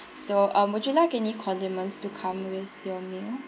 so um would you like any condiments to come with your meal